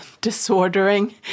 disordering